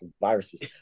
viruses